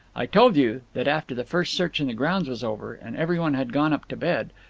i told you that after the first search in the grounds was over, and everyone had gone up to bed,